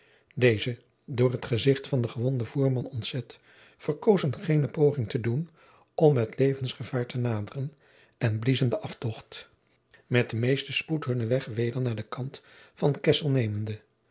deze door het gezicht van den gewonden voerman ontzet verkozen geene poging te doen om met levensgevaar te naderen en bliezen den aftocht met den meesten spoed hunnen weg weder naar den kant van kessel nemende